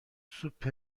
سوپ